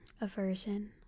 aversion